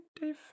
Dave